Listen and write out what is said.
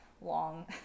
long